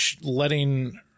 letting